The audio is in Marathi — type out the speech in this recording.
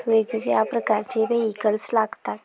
वेगवेगळ्या प्रकारचे व्हेइकल्स लागतात